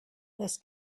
this